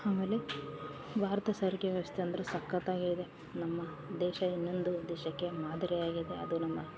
ಆಮೇಲೆ ಭಾರತ ಸಾರಿಗೆ ವ್ಯವಸ್ಥೆ ಅಂದರೆ ಸಕ್ಕತ್ತಾಗಿ ಇದೆ ನಮ್ಮ ದೇಶ ಇನ್ನೊಂದು ದೇಶಕ್ಕೆ ಮಾದರಿಯಾಗಿದೆ ಅದು ನಮ್ಮ